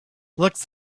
looks